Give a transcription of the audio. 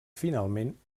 finalment